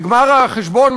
בגמר החשבון,